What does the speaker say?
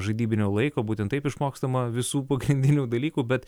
žaidybinio laiko būtent taip išmokstama visų pagrindinių dalykų bet